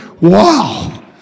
Wow